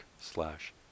slash